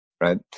right